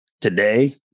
today